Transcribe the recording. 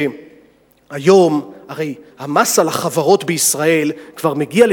שהיום המס על החברות בישראל כבר מגיע הרי